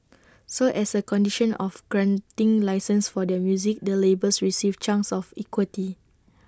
so as A condition of granting licences for their music the labels received chunks of equity